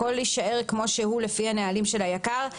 הכול יישאר כמו שהוא לפי הנהלים של היק"ר.